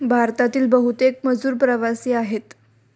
भारतातील बहुतेक मजूर प्रवासी आहेत